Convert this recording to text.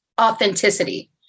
authenticity